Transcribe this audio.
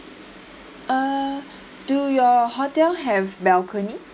uh do your hotel have balcony